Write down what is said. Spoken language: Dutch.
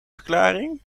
verklaring